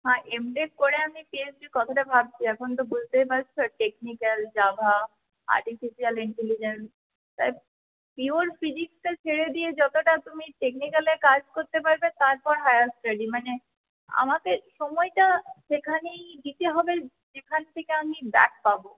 হ্যাঁ M tech করে আমি পি এইচ ডির কথাটা ভাবছি এখন তো বুঝতেই পারছো technical Java artificial intelligence pure ফিজিক্সটা ছেড়ে দিয়ে যতটা তুমি টেকনিক্যালে কাজ করতে পারবে তারপর হাইয়ার স্টাডি মানে আমাদের সময়টা সেখানেই দিতে হবে যেখান থেকে আমি ডাক পাবো